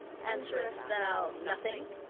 answerest thou nothing?